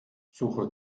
suche